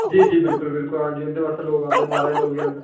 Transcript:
जी जी बिल्कुल बिल्कुल आं जी उन्दे वास्तै लोग औंदे बाहरा दे लोग बी औंदे न